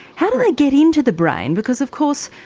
how do they get into the brain? because of course,